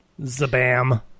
zabam